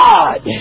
God